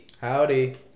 Howdy